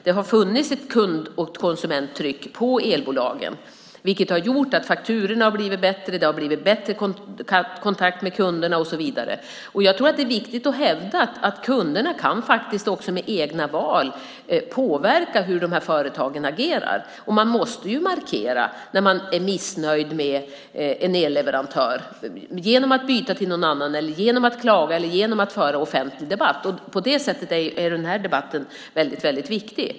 Det har funnits ett kund och konsumenttryck på elbolagen, vilket gjort att fakturorna har blivit bättre. Det har blivit en bättre kontakt med kunderna och så vidare. Jag tror att det är viktigt att hävda att kunderna med egna val faktiskt kan påverka hur de här företagen agerar. Man måste markera när man är missnöjd med en elleverantör. Det kan man göra genom att byta till en annan leverantör, genom att klaga eller genom att föra en offentlig debatt. På det sättet är den här debatten väldigt viktig.